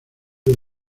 del